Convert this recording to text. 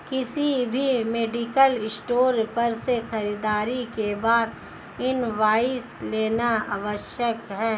किसी भी medical store पर से खरीदारी के बाद इनवॉइस लेना आवश्यक है